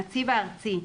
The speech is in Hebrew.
הנציב הארצי רשאי,